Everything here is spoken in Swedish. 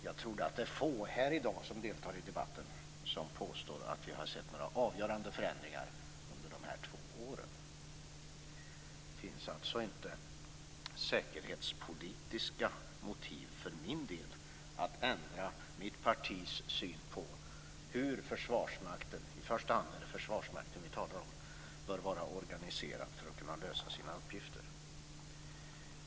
Jag tror att det är få av dem som deltar i debatten här i dag som påstår att vi har sett några avgörande förändringar under de här två åren. Det finns alltså inte säkerhetspolitiska motiv för att ändra mitt partis syn på hur Försvarsmakten - i första hand är det Försvarsmakten vi talar om - bör vara organiserad för att kunna lösa sina uppgifter.